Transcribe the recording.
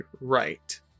right